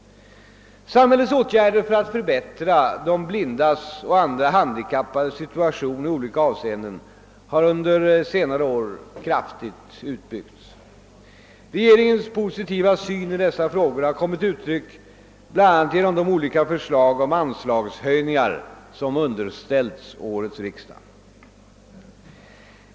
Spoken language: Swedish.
Samhällets åtgärder för att förbättra de blindas och andra handikappades situation i olika avseenden har under senare år kraftigt utbyggts. Regeringens positiva syn i dessa frågor har kommit till uttryck bl.a. genom de olika förslag om anslagshöjningar som underställts årets riksdag.